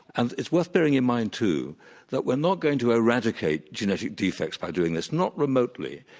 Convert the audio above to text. and it's worth bearing in mind too that we're not going to eradicate genetic defects by doing this, not remotely.